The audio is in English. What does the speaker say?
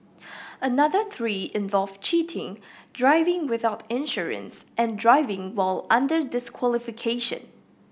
another three involve cheating driving without insurance and driving while under disqualification